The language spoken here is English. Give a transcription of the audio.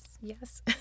Yes